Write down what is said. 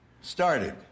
started